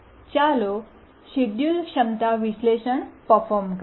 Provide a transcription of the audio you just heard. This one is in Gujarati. ચાલો શેડ્યૂલ ક્ષમતા વિશ્લેષણ પર્ફોર્મ કરીએ